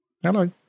hello